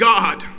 God